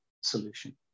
solution